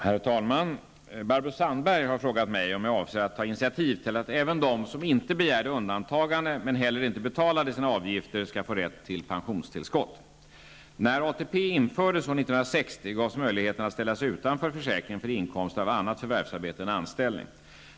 Herr talman! Barbro Sandberg har frågat mig om jag avser att ta initiativ till att även de som inte begärde undantagande men inte heller betalat sina avgifter skall få rätt till pensionstillskott. När ATP infördes år 1960 gavs möjligheten att ställa sig utanför ATP-försäkringen för inkomster av annat förvärvsarbete än anställning.